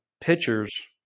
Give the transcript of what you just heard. pitchers